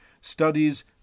studies